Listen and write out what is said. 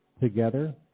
together